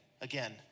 again